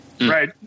Right